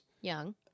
Young